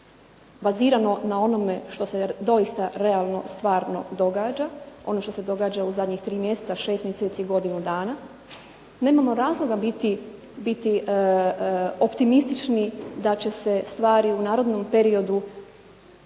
bazirano na onome što se doista realno stvarno događa, ono što se događa u zadnjih 3 mjeseca, 6 mjeseci, godinu dana nemamo razloga biti optimistični da će se stvari u narednom periodu